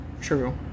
True